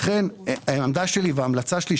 לכן העמדה שלי וההמלצה שלי,